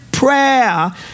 Prayer